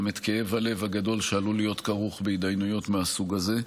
גם את כאב הלב הגדול שעלול להיות כרוך בהתדיינויות מהסוג הזה.